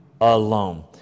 alone